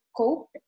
cope